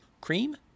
cream